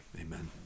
Amen